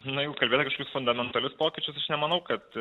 na jau kalbėti kažkaip fundamentalius pokyčius nemanau kad